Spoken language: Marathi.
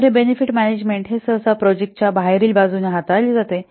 तर हे बेनिफिट मॅनेजमेंट हे सहसा प्रोजेक्टच्या बाहेरील बाजूने हाताळले जाते